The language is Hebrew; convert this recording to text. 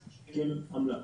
-- עמלה.